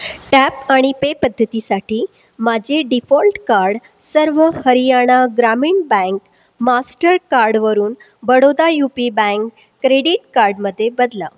tap आणि pay पद्धतीसाठी माझे default card Sarva Haryana Gramin bank मास्टरकार्डवरून Baroda U P bank credit कार्डमध्ये बदला